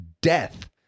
death